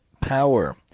power